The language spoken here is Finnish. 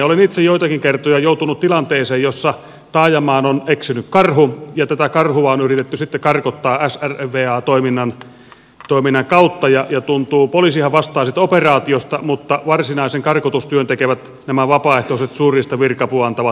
olen itse joitakin kertoja joutunut tilanteeseen jossa taajamaan on eksynyt karhu ja tätä karhua on yritetty sitten karkottaa srva toiminnan kautta ja poliisihan vastaa siitä operaatiosta mutta varsinaisen karkotustyön tekevät vapaaehtoiset suurriistavirka apua antavat henkilöt